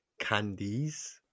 candies